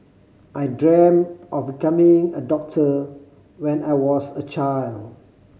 I dreamt of becoming a doctor when I was a child